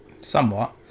somewhat